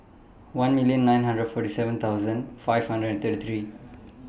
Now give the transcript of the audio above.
one million nine hundred forty seven thousand five hundred and thirty three